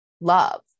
love